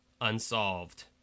unsolved